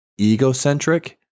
egocentric